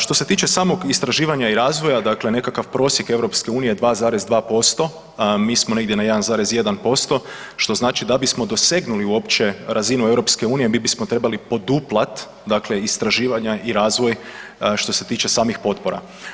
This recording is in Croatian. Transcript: Što se tiče samog istraživanja i razvoja, dakle nekakav prosjek EU 2,2%, a mi smo negdje na 1,1% što znači da bismo dosegnuli uopće razinu EU mi bismo trebali poduplati dakle istraživanja i razvoj što se tiče samih potpora.